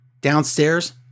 downstairs